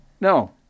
no